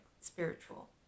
spiritual